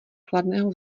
chladného